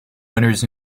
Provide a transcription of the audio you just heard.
winners